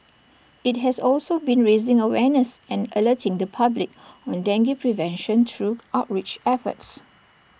IT has also been raising awareness and alerting the public on dengue prevention through outreach efforts